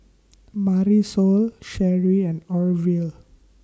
Marisol Sheri and Orvil